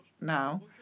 now